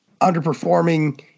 underperforming